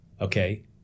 Okay